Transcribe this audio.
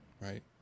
right